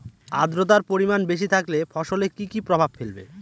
আদ্রর্তার পরিমান বেশি থাকলে ফসলে কি কি প্রভাব ফেলবে?